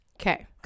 Okay